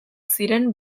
ziren